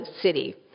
city